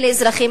אלה אזרחים.